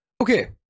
Okay